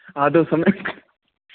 आदौ सम्यक्